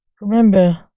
Remember